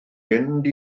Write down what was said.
fynd